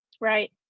Right